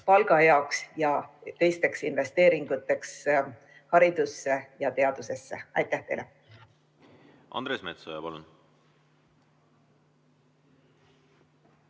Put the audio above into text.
palga jaoks ja teisteks investeeringuteks haridusse ja teadusesse. Aitäh teile! Andres Metsoja, palun!